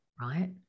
right